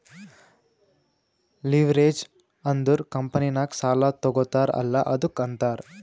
leverage ಅಂದುರ್ ಕಂಪನಿನಾಗ್ ಸಾಲಾ ತಗೋತಾರ್ ಅಲ್ಲಾ ಅದ್ದುಕ ಅಂತಾರ್